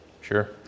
Sure